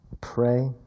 pray